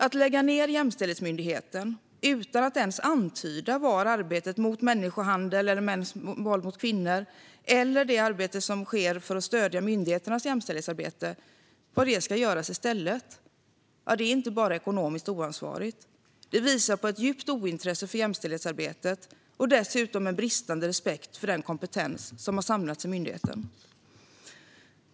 Att lägga ned Jämställdhetsmyndigheten utan att ens antyda var arbetet mot människohandel eller mäns våld mot kvinnor eller det arbete som sker för att stödja myndigheternas jämställdhetsarbete ska göras i stället är inte bara ekonomiskt oansvarigt. Det visar på ett djupt ointresse för jämställdhetsarbetet och dessutom en bristande respekt för den kompetens som har samlats i myndigheten.